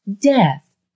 death